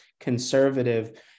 conservative